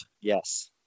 Yes